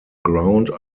ground